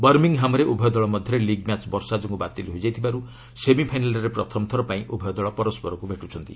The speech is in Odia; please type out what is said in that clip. ବର୍ମିଂହାମ୍ରେ ଉଭୟ ଦଳ ମଧ୍ୟରେ ଲିଗ୍ ମ୍ୟାଚ୍ ବର୍ଷା ଯୋଗୁଁ ବାତିଲ ହୋଇଯାଇଥିବାରୁ ସେମିଫାଇନାଲ୍ରେ ପ୍ରଥମ ଥର ପାଇଁ ଉଭୟ ଦଳ ପରସ୍କରକୁ ଭେଟୁଛନ୍ତି